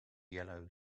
yellow